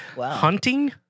Hunting